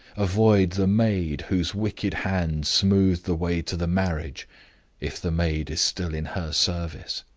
avoid the maid whose wicked hand smoothed the way to the marriage if the maid is still in her service.